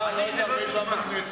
אתה לא היית הרבה זמן בכנסת,